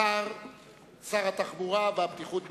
שר התחבורה והבטיחות בדרכים,